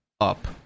up